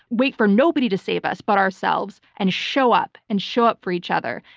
wait for nobody to save us but ourselves and show up, and show up for each other,